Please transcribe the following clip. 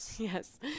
Yes